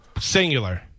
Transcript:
Singular